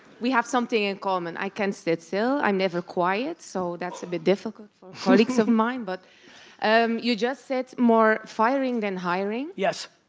we have something in common. i can't sit still, i'm never quiet, so that's a bit difficult for colleagues of mine, but um you just said, more firing than hiring. yes.